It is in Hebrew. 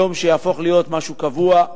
יום שיהפוך להיות יום קבוע.